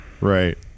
right